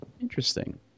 Interesting